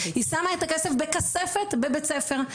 היא שמה את הכסף בכספת בבית ספר,